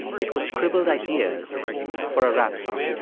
it was scribbled ideas for a rap song.